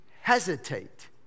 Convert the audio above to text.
hesitate